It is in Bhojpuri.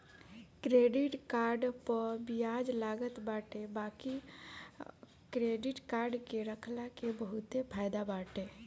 क्रेडिट कार्ड पअ बियाज लागत बाटे बाकी क्क्रेडिट कार्ड के रखला के बहुते फायदा बाटे